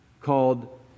called